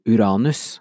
Uranus